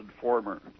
former